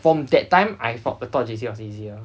from that time I form the thought that J_C was easier